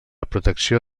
protecció